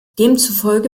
demzufolge